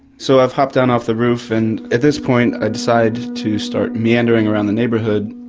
so i've hopped down off the roof and at this point i decide to start meandering around the neighbourhood.